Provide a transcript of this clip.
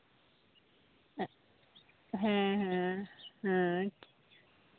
ᱦᱮᱸ ᱦᱮᱸ ᱦᱮᱸ